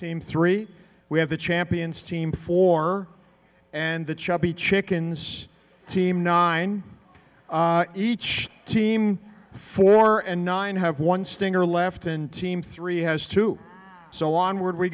team three we have the champions team four and the chubby chickens team nine each team before and nine have one stinger left in team three has two so onward we